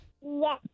Yes